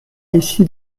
ici